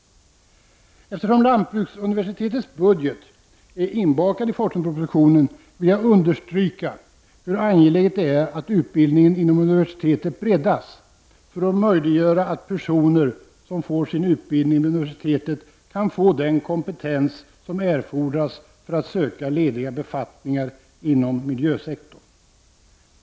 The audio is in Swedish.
Eftersom lantbruksuniversitetets budget är inbakad i forskningspropositionen vill jag understryka hur angeläget det är att utbildningen inom universitetet breddas, för att möjliggöra att personer som får sin utbildning vid universitetet kan få den kompetens som erfordras för att söka lediga befattningar inom miljösektorn.